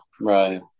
Right